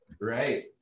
right